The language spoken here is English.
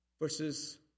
verses